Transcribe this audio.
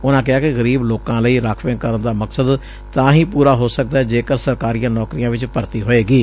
ਉਨੂਾਂ ਕਿਹਾ ਕਿ ਗਰੀਬ ਲੋਕਾਂ ਲਈ ਰਾਖਵੇਂਕਰਨ ਦਾ ਮਕਸਦ ਤਾਂ ਹੀ ਪੁਰਾ ਹੋ ਸਕਦੈ ਜੇਕਰ ਸਰਕਾਰੀ ਨੌਕਰੀਆਂ ਵਿਚ ਭਰਤੀ ਹੋਵੇਗੀ